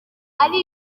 ari